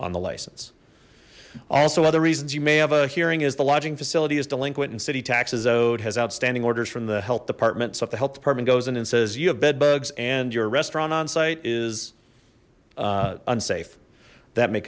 on the license also other reasons you may have a hearing is the lodging facility is delinquent in city taxes owed has outstanding orders from the health department so if the health department goes in and says you have bedbugs and your restaurant on site is unsafe that may